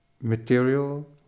material